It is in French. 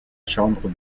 chambre